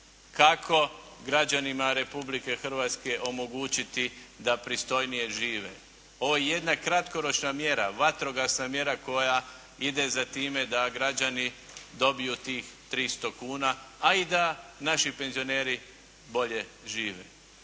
kako građanima Republike Hrvatske omogućiti da pristojnije žive. Ovo je jedna kratkoročna mjera, vatrogasna mjera koja ide za time da građani dobiju tih 300 kuna, a i da naši penzioneri bolje žive.